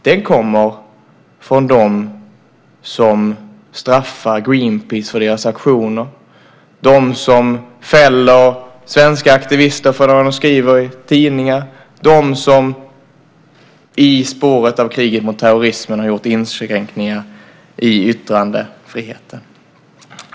Det kommer från dem som straffar Greenpeace för deras aktioner, dem som fäller svenska aktivister för det de skriver i tidningar och dem som i spåret av kriget mot terrorismen har gjort inskränkningar i yttrandefriheten.